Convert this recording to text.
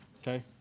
Okay